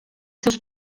seus